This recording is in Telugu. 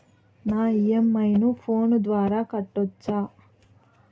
నా ఇ.ఎం.ఐ ను ఫోను ద్వారా కట్టొచ్చా?